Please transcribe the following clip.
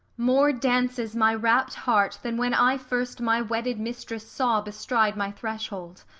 more dances my rapt heart than when i first my wedded mistress saw bestride my threshold.